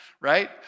right